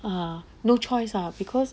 ah no choice ah because